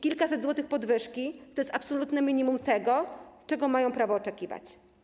Kilkaset złotych podwyżki to jest absolutne minimum tego, czego mają prawo oczekiwać.